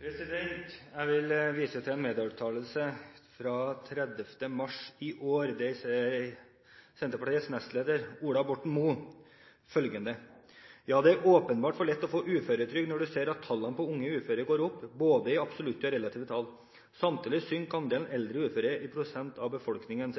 Jeg vil vise til en medieuttalelse fra 30. mars i år. Der sier Senterpartiets nestleder Ola Borten Moe følgende: «Ja, det er åpenbart for lett å få uføretrygd når du ser at tallene på unge uføre går opp, både i absolutte og relative tall. Samtidig synker andelen eldre uføre i prosent av befolkningen.